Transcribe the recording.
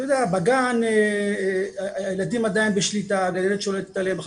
בגן הילדים עדיין בשליטה, הגננת שולטת עליהם.